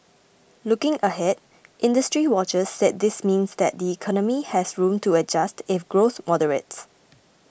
looking ahead industry watchers said this means that the economy has room to adjust if growth moderates